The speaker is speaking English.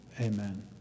amen